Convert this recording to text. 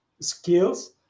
skills